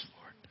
Lord